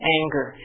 anger